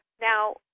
Now